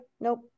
nope